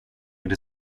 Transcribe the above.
det